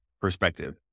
perspective